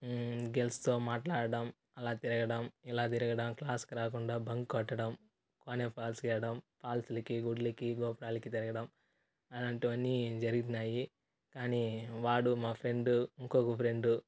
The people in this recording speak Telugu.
గల్స్తో మాట్లాడడం అలా తిరగడం ఇలా తిరగడం క్లాస్కు రాకుండా బంక్ కొట్టడం పాల్స్ ఇయ్యడం హాల్స్ గుళ్ళకి గోపురాలకి తిరగడం అలాంటివన్నీ జరిగినాయి కానీ వాడు మా ఫ్రెండు ఇంకొక ఫ్రెండు